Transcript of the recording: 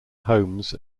homes